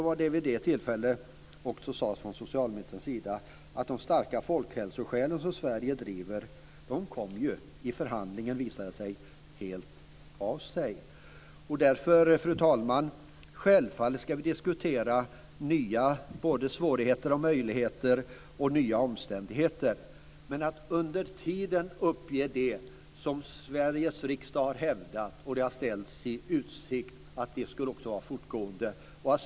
Vid det tillfället talade socialministern också om de starka folkhälsoskäl som Sverige driver. Men de kom ju i förhandlingen, visade det sig, helt av sig. Fru talman! Självfallet ska vi diskutera nya både svårigheter och möjligheter och även nya omständigheter. Men under tiden får vi inte ge upp det som Sveriges riksdag har hävdat och som har ställts i utsikt skulle fortgå.